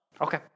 Okay